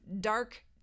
dark